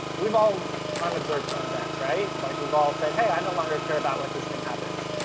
we've all unobserved front events, right? like we've all said, hey, i no longer care about what this thing happens.